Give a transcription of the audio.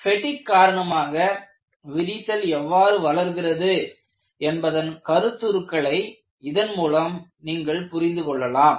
பெடிக் காரணமாக விரிசல் எவ்வாறு வளர்கிறது என்பதன் கருத்துருக்களை இதன் மூலம் நீங்கள் புரிந்து கொள்ளலாம்